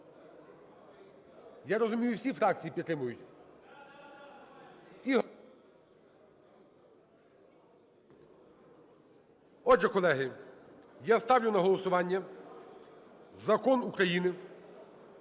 Я розумію, всі фракції підтримують? Отже, колеги, я ставлю на голосування Закон України